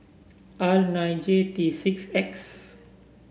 R nine J T six X